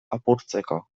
apurtzeko